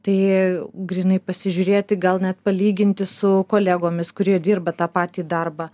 tai grynai pasižiūrėti gal net palyginti su kolegomis kurie dirba tą patį darbą